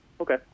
okay